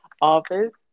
office